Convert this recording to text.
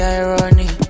irony